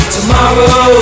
Tomorrow